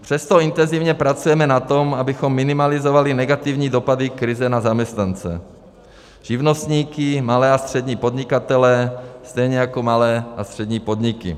Přesto intenzivně pracujeme na tom, abychom minimalizovali negativní dopady krize na zaměstnance, živnostníky, malé a střední podnikatele, stejně jako malé a střední podniky.